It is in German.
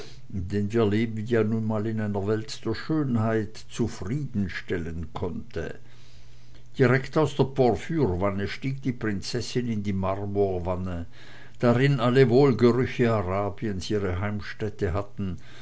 wir leben nun mal in einer welt der schönheit zufriedenstellen konnte direkt aus der porphyrwanne stieg die prinzessin in die marmorwanne drin alle wohlgerüche arabiens ihre heimstätte hatten